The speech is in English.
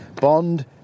Bond